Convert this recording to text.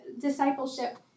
discipleship